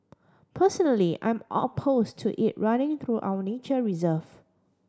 personally I'm oppose to it running through our nature reserve